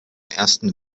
ersten